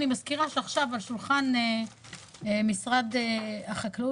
אני מזכירה שעכשיו על שולחן משרד החקלאות,